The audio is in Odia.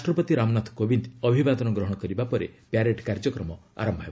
ରାଷ୍ଟ୍ରପତି ରାମନାଥ କୋବିନ୍ଦ ଅଭିବାଦନ ଗ୍ରହଣ କରିବା ପରେ ପ୍ୟାରେଡ୍ କାର୍ଯ୍ୟକ୍ରମ ଆରମ୍ଭ ହେବ